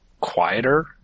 quieter